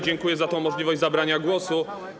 Dziękuję za możliwość zabrania głosu.